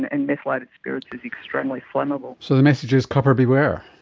and methylated spirits is extremely flammable. so the message is cupper beware.